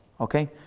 Okay